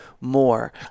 more